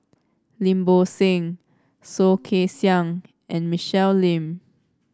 Lim Bo Seng Soh Kay Siang and Michelle Lim